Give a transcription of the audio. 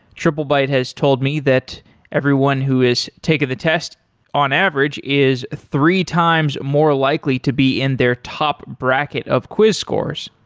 triplebyte has told me that everyone who has taken the test on average is three times more likely to be in their top bracket of quiz scores